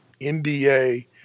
NBA